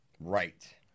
Right